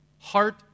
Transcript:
Heart